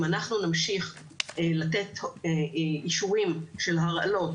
אם אנחנו נמשיך לתת אישורים של הרעלות,